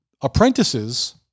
apprentices